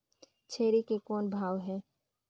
छेरी के कौन भाव हे?